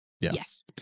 yes